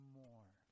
more